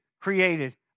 created